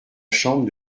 chambre